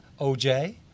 oj